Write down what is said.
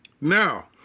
Now